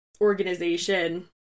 organization